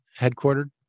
headquartered